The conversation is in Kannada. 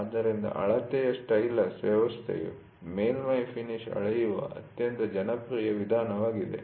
ಆದ್ದರಿಂದ ಅಳತೆ'ಯ ಸ್ಟೈಲಸ್ ವ್ಯವಸ್ಥೆಯು ಮೇಲ್ಮೈ ಫಿನಿಶ್ ಅಳೆಯುವ ಅತ್ಯಂತ ಜನಪ್ರಿಯ ವಿಧಾನವಾಗಿದೆ